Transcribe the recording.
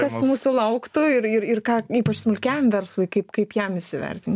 kas mūsų lauktų ir ir ką ypač smulkiam verslui kaip kaip jam įsivertint